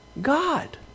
God